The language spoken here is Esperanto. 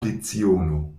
leciono